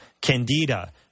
candida